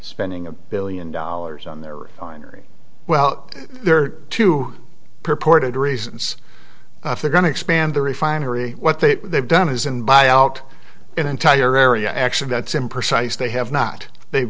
spending a billion dollars on their honoree well there are two purported reasons if they're going to expand the refinery what they they've done is in buy out an entire area actually that's imprecise they have not they